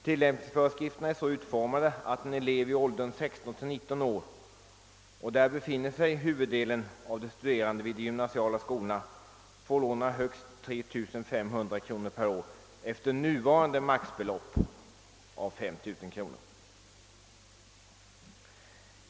Tillämpningsföreskrifterna är så utformade att en elev i åldern 16—19 år — och där befinner sig huvuddelen av de studerande vid de gymnasiala skolorna — får låna högst 3 500 kr. per år av det nuvarande maximibeloppet, 5 000 kronor.